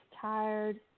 tired